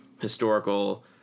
historical